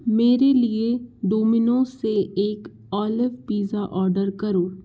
मेरे लिए डोमिनोज़ से एक ऑलिव पिज़्ज़ा औडर करो